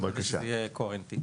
כדי שזה יהיה קוהרנטי.